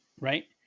Right